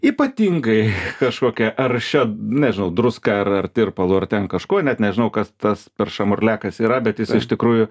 ypatingai kažkokia aršia nežinau druska ar ar tirpalu ar ten kažkuo net nežinau kas tas per šamarliakas yra bet jis iš tikrųjų